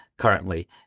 currently